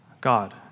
God